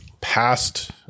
past